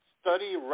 study